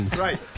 right